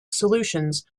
solutions